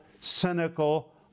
cynical